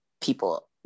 people